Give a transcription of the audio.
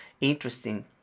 interesting